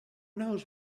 knows